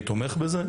אני תומך בזה.